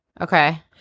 Okay